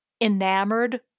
enamored